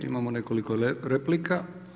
Imamo nekoliko replika.